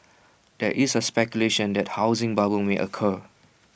there is A speculation that A housing bubble may occur